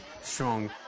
strong